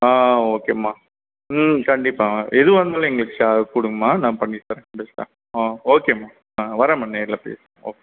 ஓகேம்மா கண்டிப்பாகம்மா எதுவாக இருந்தாலும் எங்களுக்கு கொடுங்கம்மா நான் பண்ணித்தர்றேன் பெஸ்ட்டாக ஓகேம்மா நான் வர்றேன்மா நேரில் பேசிக்கலாம் ஓகே